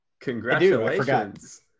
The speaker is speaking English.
congratulations